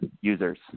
users